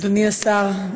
אדוני השר,